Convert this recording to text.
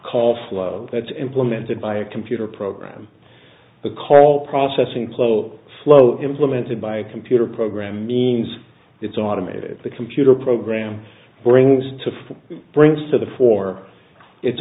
called flow that's implemented by a computer program the call processing plough flow implemented by a computer program means it's automated the computer program brings to brings to the fore it